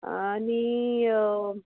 आनी